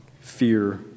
fear